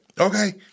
okay